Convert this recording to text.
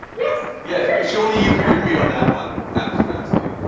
yes. yes. surely you can agree on that one. ah mr. matzke?